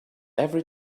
every